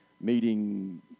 meeting